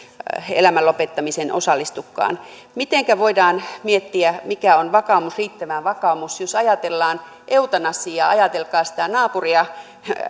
elämän lopettamiseen osallistukaan mitenkä voidaan miettiä mikä on riittävä vakaumus jos ajatellaan eutanasiaa ajatelkaa sitä naapuria